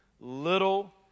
little